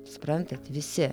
suprantat visi